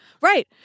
Right